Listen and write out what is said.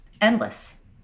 endless